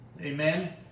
Amen